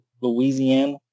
Louisiana